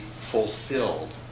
fulfilled